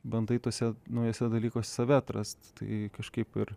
bandai tuose naujuose dalykuose save atrast tai kažkaip ir